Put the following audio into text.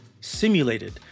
Simulated